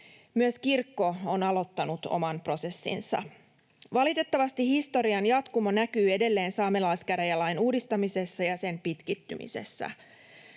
Myös kirkko on aloittanut oman prosessinsa. Valitettavasti historian jatkumo näkyy edelleen saamelaiskäräjälain uudistamisessa ja sen pitkittymisessä.